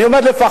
אני אומר לפחות.